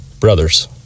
brothers